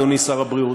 אדוני שר הבריאות,